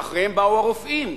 ואחריהם באו הרופאים.